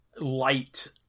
light